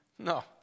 No